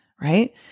right